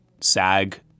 SAG